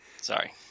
Sorry